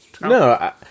No